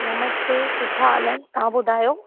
नमस्ते सुठा हाल आहिनि तव्हां ॿुधायो